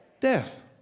Death